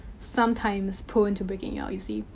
sometimes, prone to breaking you out, you see.